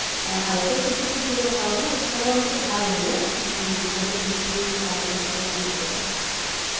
ভালকৈ ফুটি উঠিবৰ কাৰণে উচ্চাৰণটো ভাল হ'লে বহুত বেছি সোনকালে ভাল হ'ব বুলি মই ভাবোঁ আৰু